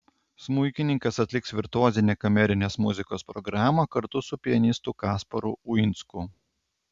smuikininkas atliks virtuozinę kamerinės muzikos programą kartu su pianistu kasparu uinsku